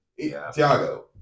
Thiago